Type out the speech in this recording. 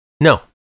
no